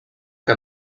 que